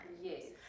Yes